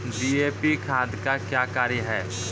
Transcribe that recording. DAP खाद का क्या कार्य हैं?